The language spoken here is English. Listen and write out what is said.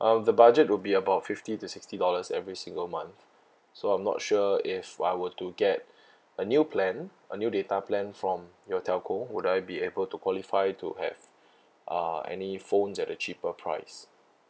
um the budget would be about fifty to sixty dollars every single month so I'm not sure if I were to get a new plan a new data plan from your telco would I be able to qualify to have uh any phones at a cheaper price